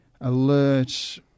alert